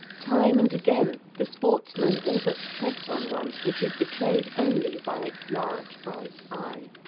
time and again the sportsman all but treads on one, which is betrayed only by its large bright eye.